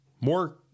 more